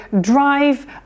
drive